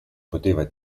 poteva